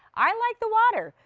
i like the water.